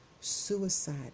suicide